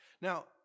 Now